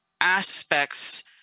aspects